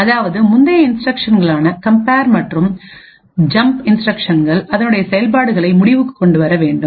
அதாவது முந்தைய இன்ஸ்டிரக்ஷன்களான கம்பேர் மற்றும் ஜம்ப் இன்ஸ்ட்ரக்ஷன்கள்அதனுடைய செயல்பாடுகளை முடிவுக்கு கொண்டுவர வேண்டும்